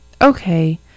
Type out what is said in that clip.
Okay